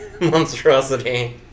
monstrosity